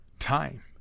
Time